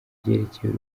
byerekeye